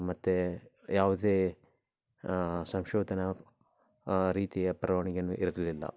ಮತ್ತು ಯಾವುದೇ ಸಂಶೋಧನಾ ರೀತಿಯ ಬರವಣಿಗೆಯನ್ನು ಇರಲಿಲ್ಲ